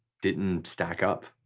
didn't stack up,